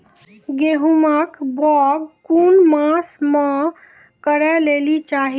गेहूँमक बौग कून मांस मअ करै लेली चाही?